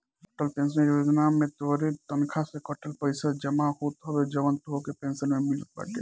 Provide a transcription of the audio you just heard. Atal pension योजना में तोहरे तनखा से कटल पईसा जमा होत हवे जवन तोहके पेंशन में मिलत बाटे